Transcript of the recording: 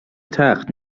تخت